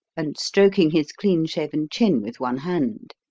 and stroking his clean-shaven chin with one hand.